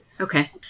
Okay